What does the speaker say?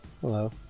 Hello